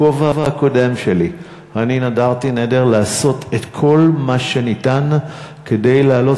בכובע הקודם שלי אני נדרתי נדר לעשות את כל מה שניתן כדי להעלות